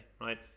right